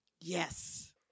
Yes